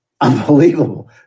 Unbelievable